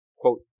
quote